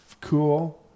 cool